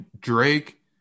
Drake